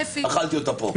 אכלתי אותה פה.